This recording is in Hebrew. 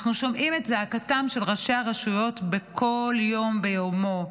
אנחנו שומעים את זעקתם של ראשי הרשויות בכל יום ביומו.